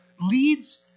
leads